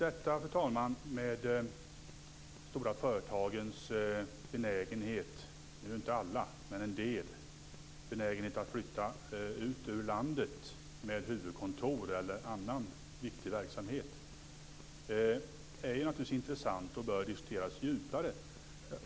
Fru talman! De stora företagens benägenhet - det gäller inte alla, men en del - att flytta ut ur landet med huvudkontor eller annan viktig verksamhet är naturligtvis intressant och bör diskuteras djupare.